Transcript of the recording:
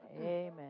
amen